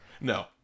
No